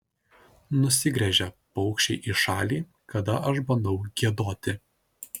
nusigręžia paukščiai į šalį kada aš bandau giedoti